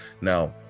now